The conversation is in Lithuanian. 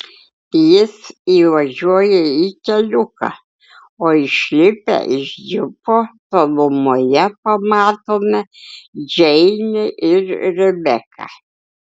jis įvažiuoja į keliuką o išlipę iš džipo tolumoje pamatome džeinę ir rebeką